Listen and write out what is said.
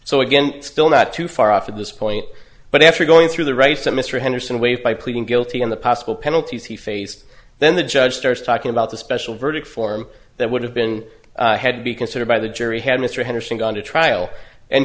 so again still not too far off at this point but after going through the rights that mr henderson waived by pleading guilty and the possible penalties he faced then the judge starts talking about the special verdict form that would have been had to be considered by the jury had mr henderson gone to trial and